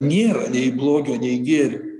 nėra nei blogio nei gėrio